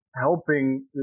helping